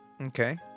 Okay